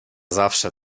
zawsze